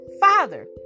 Father